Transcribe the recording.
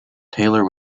taylor